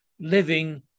living